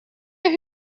know